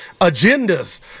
agendas